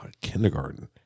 kindergarten